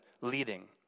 leading